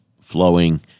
flowing